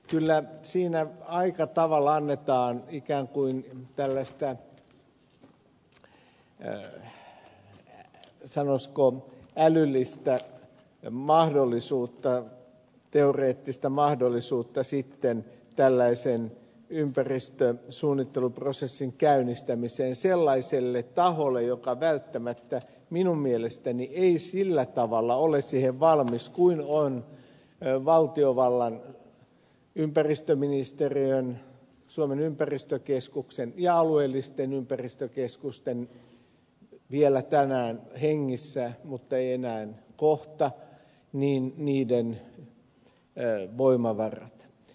kyllä siinä aika tavalla annetaan ikään kuin tällaista sanoisinko älyllistä mahdollisuutta teoreettista mahdollisuutta tällaisen ympäristösuunnitteluprosessin käynnistämiseen sellaiselle taholle joka välttämättä minun mielestäni ei sillä tavalla ole siihen valmis kuin ovat valtiovallan ympäristöministeriön suomen ympäristökeskuksen ja alueellisten ympäristökeskusten vielä tänään hengissä mutta eivät enää kohta voimavarat